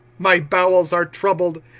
my bowels are troubled,